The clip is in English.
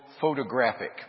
photographic